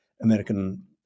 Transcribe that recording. American